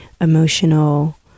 emotional